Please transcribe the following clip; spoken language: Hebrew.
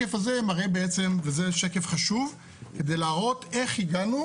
זה שקף חשוב כדי להראות איך הגענו